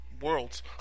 worlds